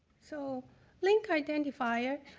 so link identifier,